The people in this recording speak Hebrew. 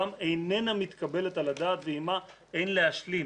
איננה מתקבלת על הדעת ועִמה אין להשלים.